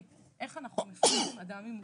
ששואל איך אנחנו מפטרים אדם עם מוגבלות?